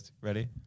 Ready